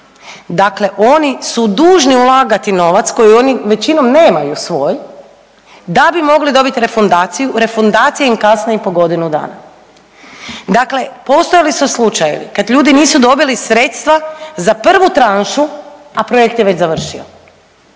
Dakle, oni su dužni ulagati novac koji oni većinom nemaju svoj da bi mogli dobiti refundaciju. Refundacije im kasne i po godinu dana. Dakle, postojali su slučajevi kad ljudi nisu dobili sredstva za prvu tranšu a projekt je već završio.